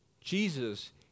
Jesus